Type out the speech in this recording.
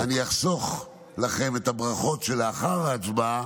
עכשיו אני אחסוך לכם את הברכות שלאחר ההצבעה